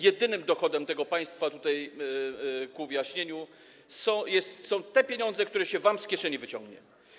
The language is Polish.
Jedynym dochodem tego państwa, tutaj ku wyjaśnieniu, są te pieniądze, które się wam z kieszeni wyciągnie.